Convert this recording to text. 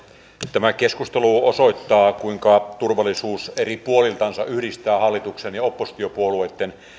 tämä keskustelu osoittaa kuinka turvallisuus eri puoliltansa yhdistää hallituksen ja oppositiopuolueitten